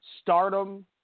Stardom